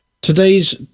today's